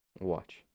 watch